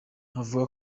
navuga